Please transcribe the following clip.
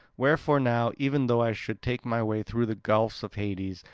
wherefore now, even though i should take my way through the gulfs of hades,